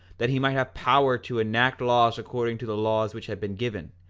that he might have power to enact laws according to the laws which had been given,